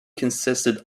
consisted